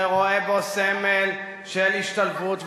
ורואה בו סמל של השתלבות.